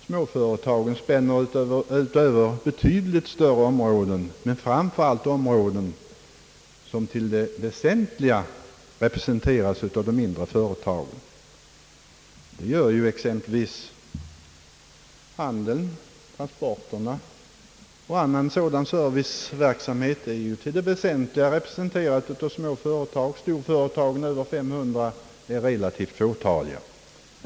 Småföretagen spänner över betydligt större områden, men framför allt områden som till det väsentliga representeras av de mindre företagen. Handeln, transporterna och liknande serviceverksamhet sköts i största utsträckning av småföretag. Storföretag med över 500 anställda är relativt fåtaliga.